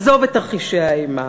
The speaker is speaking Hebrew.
עזוב את תרחישי האימה,